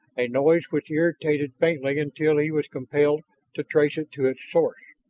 a noise which irritated faintly until he was compelled to trace it to its source.